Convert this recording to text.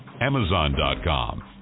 Amazon.com